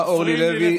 השרה אורלי לוי,